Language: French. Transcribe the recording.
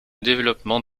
développement